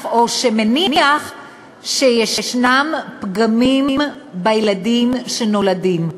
או שמניח שיש פגמים בילדים שנולדים,